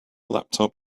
laptop